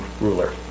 ruler